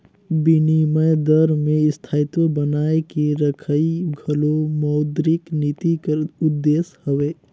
बिनिमय दर में स्थायित्व बनाए के रखई घलो मौद्रिक नीति कर उद्देस हवे